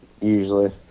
usually